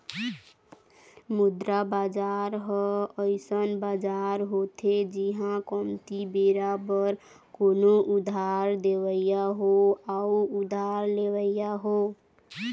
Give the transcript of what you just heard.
मुद्रा बजार ह अइसन बजार होथे जिहाँ कमती बेरा बर कोनो उधार देवइया हो अउ उधार लेवइया हो